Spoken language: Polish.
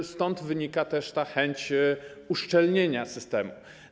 I stąd wynika też ta chęć uszczelnienia systemu.